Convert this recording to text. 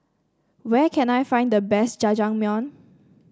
where can I find the best Jajangmyeon